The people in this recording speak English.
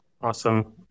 Awesome